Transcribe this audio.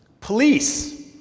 Police